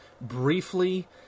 briefly